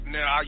Now